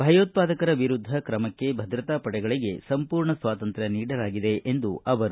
ಭಯೋತ್ವಾದಕರ ವಿರುದ್ಧ ತ್ರಮಕ್ಕೆ ಭದ್ರತಾ ಪಡೆಗಳಿಗೆ ಸಂಪೂರ್ಣ ಸ್ವಾತಂತ್ರ್ಯ ನೀಡಲಾಗಿದೆ ಎಂದರು